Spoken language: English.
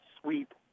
sweep